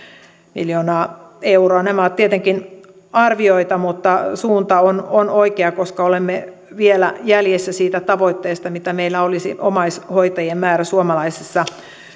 miljoonaa euroa nämä ovat tietenkin arvioita mutta suunta on on oikea koska olemme vielä jäljessä siitä tavoitteesta mitä meillä olisi omaishoitajien määrä suomalaisessa